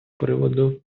приводу